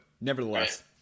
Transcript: nevertheless